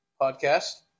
podcast